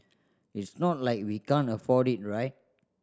it's not like we can't afford it right